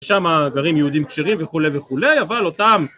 שם גרים יהודים כשרים וכולי וכולי, אבל אותם